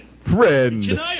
friend